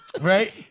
Right